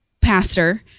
pastor